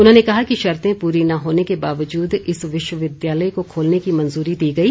उन्होंने कहा कि शर्ते पूरी न होने के बावजूद इस विश्वविद्यालय को खोलने की मंजूरी दी गई